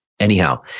Anyhow